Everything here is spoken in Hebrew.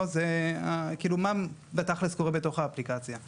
מערכות תשלומים הן חלק קריטי בעולם